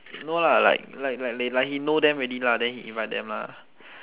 no lah like like like he know them already lah then he invite them lah